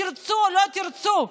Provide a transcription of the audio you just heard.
תרצו או לא תרצו.